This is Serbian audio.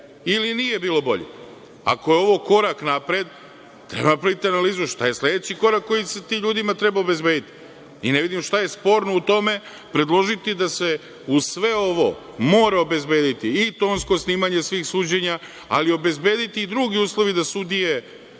ili nije bilo bolje? Ako je ovo korak napred, treba da napravite analizu šta je sledeći korak koji se tim ljudima treba obezbediti? Ne vidim šta je sporno u tom predložiti da se uz sve ovo mora obezbediti i tonsko snimanje svih suđenja, ali obezbediti i drugi uslovi da sudije